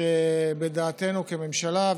שבדעתנו כממשלה,